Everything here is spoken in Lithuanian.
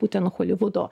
būten holivudo